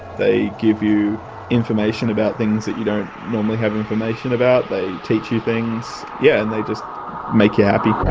they give you information about things that you don't normally have information about, they teach you things, yeah and and they just make you happy.